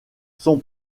son